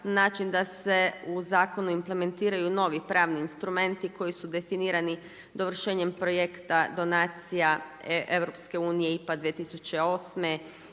način da se u zakon implementiraju novi pravni instrumenti koji su definirani dovršenjem projekta donacija EU IPA 2008.